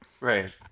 Right